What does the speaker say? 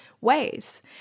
ways